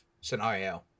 scenario